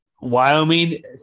Wyoming